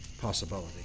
possibility